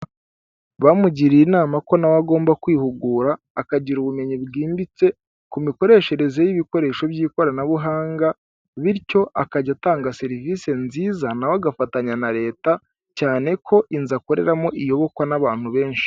Bamugiriye inama ko na we agomba kwihugura, akagira ubumenyi bwimbitse ku mikoreshereze y'ibikoresho by'ikoranabuhanga bityo akajya atanga serivisi nziza na we agafatanya na leta cyane ko inzu akoreramo iyobokwa n'abantu benshi.